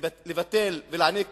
לבטל ולהעניק